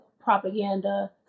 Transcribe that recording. propaganda